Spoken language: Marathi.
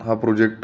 हा प्रोजेक्ट